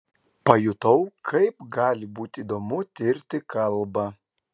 pajutau kaip gali būti įdomu tirti kalbą